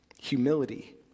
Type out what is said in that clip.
humility